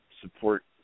support